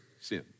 sin